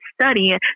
studying